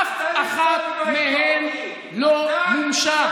אתה, אף אחד מהם לא מומש.